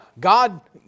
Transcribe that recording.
God